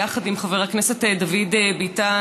יחד עם חבר הכנסת דוד ביטן,